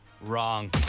wrong